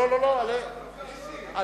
התש"ע 2010,